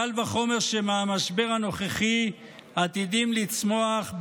קל וחומר שמהמשבר הנוכחי עתידים לצמוח,